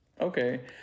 okay